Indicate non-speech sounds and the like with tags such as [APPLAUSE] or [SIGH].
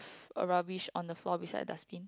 [BREATH] a rubbish on the floor beside dustbin